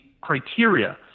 criteria